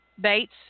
Bates